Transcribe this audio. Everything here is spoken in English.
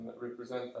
represent